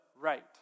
right